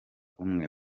umwe